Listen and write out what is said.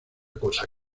cosa